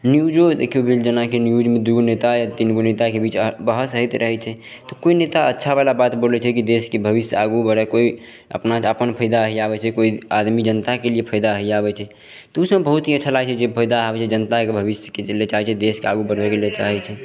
न्यूजो देखियौ जेनाकि न्यूजमे दूगो नेता आओर तीन गो नेताके बीच बहस होइत रहय छै तऽ कोइ नेता अच्छावला बात बोलय छै की देशके भविष्य आगू बढ़य कोइ अपना अपन फायदा ही आबय छै कोइ आदमी जनता कयलियै फायदा ही आबय छै तऽ उसब बहुत ही अच्छा लागय छै फायदा आबय छै जनताके भविष्यके दै लए चाहय छै देशके आगू बढ़बयके लिये चाहय छै